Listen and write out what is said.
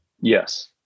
Yes